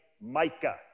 Micah